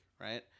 right